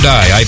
Die